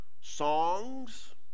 songs